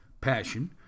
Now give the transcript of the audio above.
passion